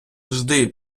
жди